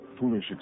foolish